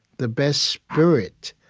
the best spirit,